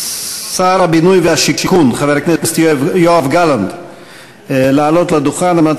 שר הבינוי והשיכון חבר הכנסת יואב גלנט לעלות לדוכן על מנת